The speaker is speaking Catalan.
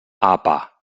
apa